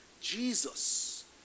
Jesus